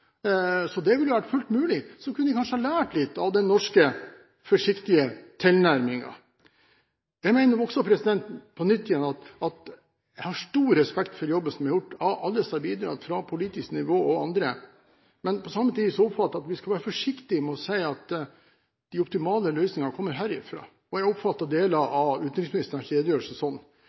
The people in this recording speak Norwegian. så det ville vært fullt mulig. Så kunne de kanskje ha lært litt av den norske, forsiktige tilnærmingen. Jeg vil igjen nevne at jeg har stor respekt for jobben som er gjort av alle som har bidratt, fra politisk nivå og andre, men på samme tid oppfatter jeg at vi skal være forsiktig med å si at de optimale løsningene kommer herifra. Jeg oppfattet deler av utenriksministerens redegjørelse